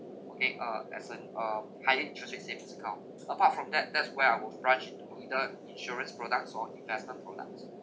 okay uh as an uh higher interest rate savings account apart from that that's where I would branch it to either insurance products or investment products